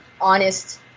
honest